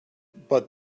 but